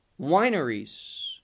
wineries